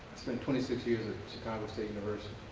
spent twenty six years at chicago state university.